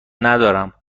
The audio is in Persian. ندارم